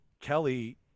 Kelly